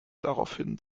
daraufhin